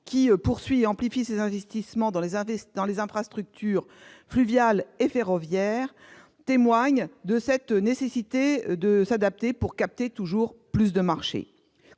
qui poursuit et amplifie ses investissements dans les infrastructures fluviales et ferroviaires, témoigne de la nécessité de s'adapter pour capter toujours plus de marchés.